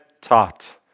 taught